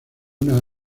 una